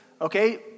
okay